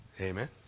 Amen